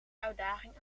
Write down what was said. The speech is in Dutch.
uitdaging